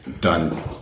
done